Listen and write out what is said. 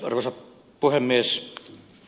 arvoisa puhemies